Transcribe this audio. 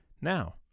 Now